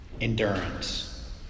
endurance